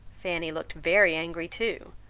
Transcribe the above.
fanny looked very angry too,